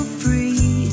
free